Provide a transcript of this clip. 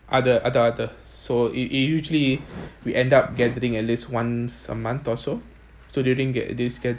other other other so it it usually we end up gathering at least once a month or so so during ga~ this gathering